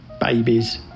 babies